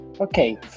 Okay